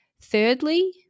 Thirdly